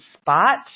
spot